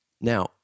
Now